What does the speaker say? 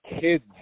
kids